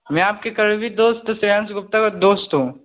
हमें आपकी कही हुई दोस्त सेयन्स गुप्ता का दोस्त हूँ